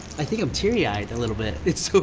i think i'm teary eyed a little bit it's